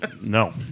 no